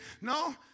No